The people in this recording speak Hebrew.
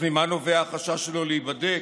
אז ממה נובע החשש שלו להיבדק,